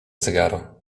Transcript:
cygaro